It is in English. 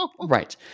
Right